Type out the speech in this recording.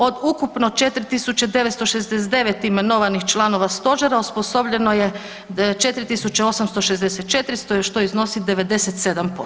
Od ukupno 4969 imenovanih članova stožera osposobljeno je 4864 što iznosi 97%